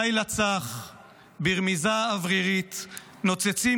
// לילה צח / ברמיזה אוורירית נוצצים